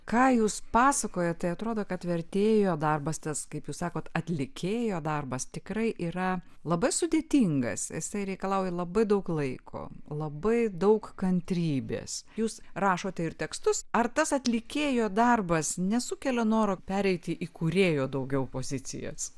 ką jūs pasakojat tai atrodo kad vertėjo darbas tas kaip jūs sakot atlikėjo darbas tikrai yra labai sudėtingas jisai reikalauja labai daug laiko labai daug kantrybės jūs rašote ir tekstus ar tas atlikėjo darbas nesukelia noro pereiti į kūrėjo daugiau pozicijas